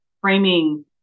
framing